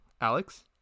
Alex